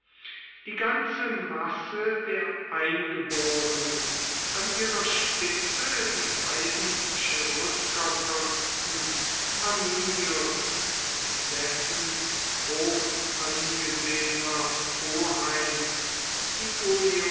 die ganze masse der eingeborenen an ihrer spitze die beiden cheruskerfürsten arminius und dessen hochangesehener